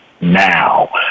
now